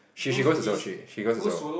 she she goes also she she goes also